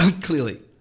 Clearly